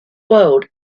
world